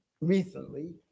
recently